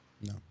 No